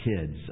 kids